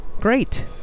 Great